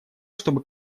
чтобы